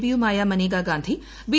പിയുമായ Maneka Gandhi B